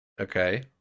Okay